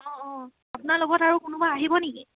অঁ অঁ আপোনাৰ লগত আৰু কোনোবা আহিব নেকি